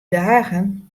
dagen